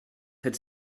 had